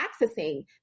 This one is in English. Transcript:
accessing